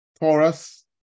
Taurus